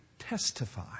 testify